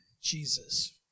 Jesus